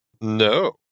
No